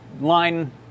line